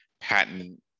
patent